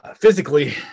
physically